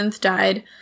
died